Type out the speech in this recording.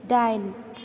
दाइन